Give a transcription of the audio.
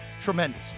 tremendous